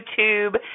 YouTube